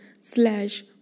slash